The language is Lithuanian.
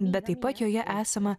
bet taip pat joje esama